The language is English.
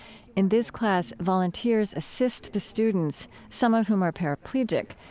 in this class, volunteers assist the students, some of whom are paraplegic,